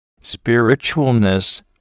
Spiritualness